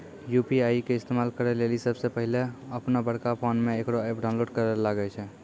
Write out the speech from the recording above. UPI के इस्तेमाल करै लेली सबसे पहिलै अपनोबड़का फोनमे इकरो ऐप डाउनलोड करैल लागै छै